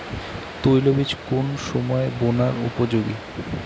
তৈলবীজ কোন সময়ে বোনার উপযোগী?